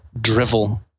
drivel